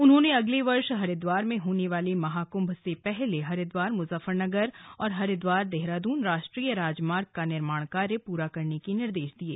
उन्होंने अगले वर्ष हरिद्वार में होने वाले महाकृभ से पहले हरिद्वार मुजफ्फरनगर और हरिद्वार देहरादून राष्ट्रीय राजमार्ग का निर्माण कार्य पूरा करने के निर्देश दिये